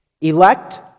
Elect